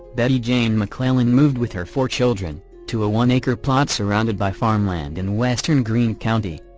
betty jane mcclellan moved with her four children to a one acre plot surrounded by farmland in western greene county,